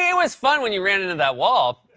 yeah was fun when you ran into that wall.